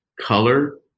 color